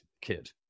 kid